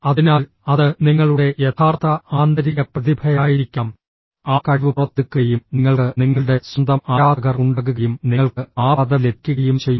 അതിനാൽ അത് നിങ്ങളുടെ യഥാർത്ഥ ആന്തരിക പ്രതിഭയായിരിക്കാം ആ കഴിവ് പുറത്തെടുക്കുകയും നിങ്ങൾക്ക് നിങ്ങളുടെ സ്വന്തം ആരാധകർ ഉണ്ടാകുകയും നിങ്ങൾക്ക് ആ പദവി ലഭിക്കുകയും ചെയ്യും